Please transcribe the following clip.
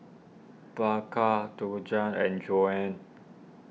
Bianca Djuana and Joann